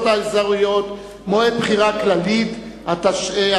האזוריות (מועד בחירות כלליות) (תיקון מס' 6),